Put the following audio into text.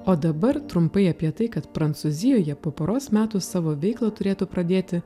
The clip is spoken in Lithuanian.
o dabar trumpai apie tai kad prancūzijoje po poros metų savo veiklą turėtų pradėti